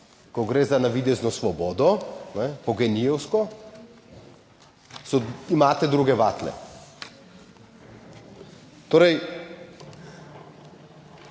ko gre za navidezno svobodo po gen-ijevsko imate druge vatle.